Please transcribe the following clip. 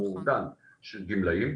המאורגן של הגמלאים,